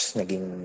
naging